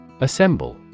Assemble